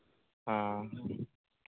ᱦᱮᱸ ᱦᱮᱸ